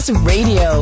Radio